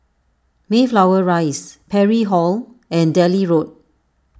Mayflower Rise Parry Hall and Delhi Road